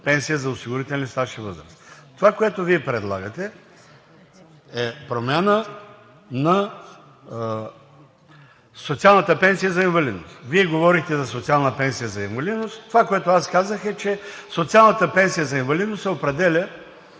пенсия за осигурителен стаж и възраст. Това, което Вие предлагате, е промяна на социалната пенсия за инвалидност. Вие говорихте за социалната пенсия за инвалидност. Аз казах, че социалната пенсия за инвалидност се определя